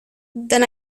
then